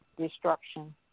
destruction